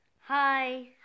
Hi